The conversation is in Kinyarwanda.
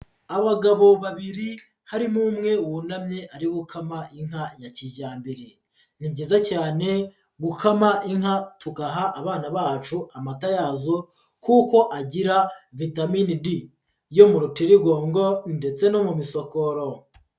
Abagabo babiri harimo umwe wunamye ari gukama inka ya kijyambere, ni byiza cyane gukama inka tugaha abana bacu amata yazo kuko agira vitaminini D yo mu rutirigongo ndetse no mu misokoro.